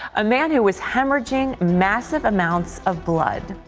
a man who was hemorrhaging massive amounts of blood.